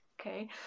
okay